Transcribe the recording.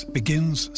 begins